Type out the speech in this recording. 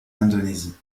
indonésie